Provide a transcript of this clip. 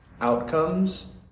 outcomes